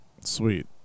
Sweet